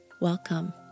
Welcome